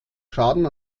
schaden